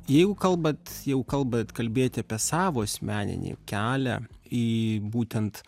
jeigu kalbat jau kalbat kalbėti apie savo asmeninį kelią į būtent